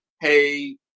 Hey